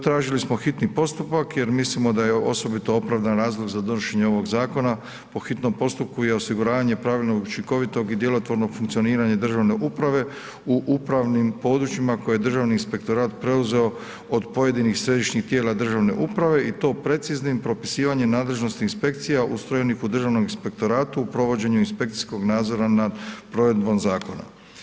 Tražili smo hitni postupak jer mislimo da je osobito opravdan razlog za donošenje ovog zakona po hitnom postupku i osiguranje pravilnog, učinkovitog i djelotvornog funkcioniranja državne uprave u upravnim područjima koje je Državni inspektorat preuzeo o pojedinih središnjih tijela državne uprave i to preciznim propisivanjem nadležnosti inspekcija ustrojenih u Državnom inspektoratu u provođenju inspekcijskog nadzora nad provedbom zakona.